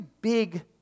big